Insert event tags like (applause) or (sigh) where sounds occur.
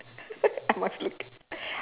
(laughs) I must look